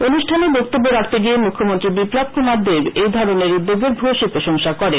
অনুষ্ঠানে বক্তব্য রাখতে গিয়ে মুখ্যমন্ত্রী বিপ্লব কুমার দেব এই ধরনের উদ্যোগের ভূয়সী প্রসংশা করেন